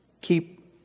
keep